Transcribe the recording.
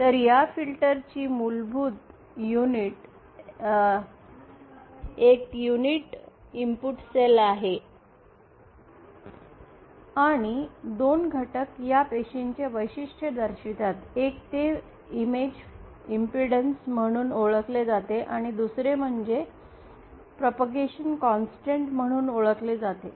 तर या फिल्टर ची मूलभूत युनिट एक युनिट सेल आहे आणि दोन घटक या पेशींचे वैशिष्ट्य दर्शवितात एक ते म्हणजे इमेज इम्पीडैन्स म्हणून ओळखले जाते आणि दुसरे म्हणजे प्रापगैशन कॉन्सेंटेंट म्हणून ओळखले जाते